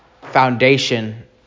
foundation